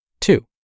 Two